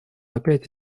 опять